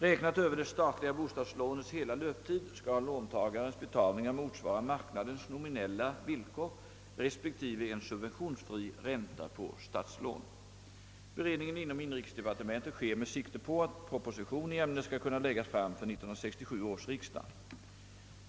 Räknat över det statliga bostadslånets hela löptid skall låntagarens betalningar motsvara marknadens nominella villkor Beredningen inom inrikesdepartementet sker med sikte på att proposition i ämnet skall kunna läggas fram för 1967 års riksdag.